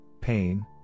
pain